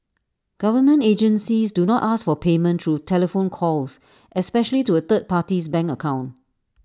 government agencies do not ask for payment through telephone calls especially to A third party's bank account